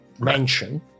mansion